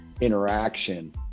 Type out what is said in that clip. interaction